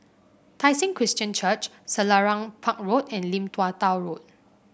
Tai Seng Christian Church Selarang Park Road and Lim Tua Tow Road